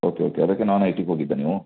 okay okay ಅದಕ್ಕೆ ನಾನ್ ಐ ಟಿಗೆ ಹೋಗಿದ್ದ ನೀವು